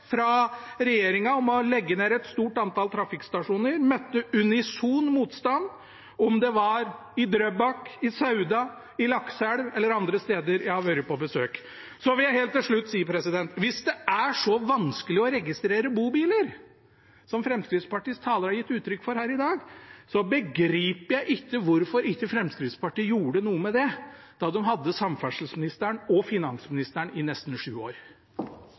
fra regjeringen om å legge ned et stort antall trafikkstasjoner møtte unison motstand, enten det var i Drøbak, i Sauda, i Lakselv eller andre steder der jeg har vært på besøk. Så vil jeg helt til slutt si: Hvis det er så vanskelig å registrerer bobiler som Fremskrittspartiets talere har gitt uttrykk for her i dag, begriper jeg ikke hvorfor Fremskrittspartiet ikke gjorde noe med det da de hadde samferdselsministeren og finansministeren i nesten sju år.